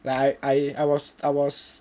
like I I was I was